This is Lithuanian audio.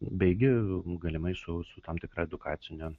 beigi galimai su su tam tikra edukacine